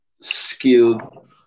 skilled